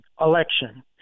election